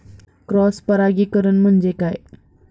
Cross परागीकरण म्हणजे काय?